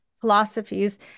philosophies